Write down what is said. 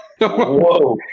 Whoa